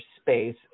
space